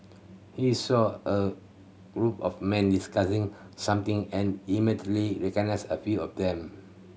he saw a group of men discussing something and immediately recognised a few of them